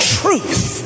truth